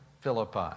Philippi